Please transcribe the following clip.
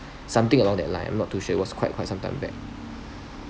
something along that line I'm not too sure it was quite quite some time back